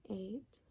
eight